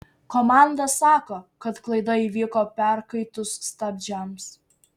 komanda sako kad klaida įvyko perkaitus stabdžiams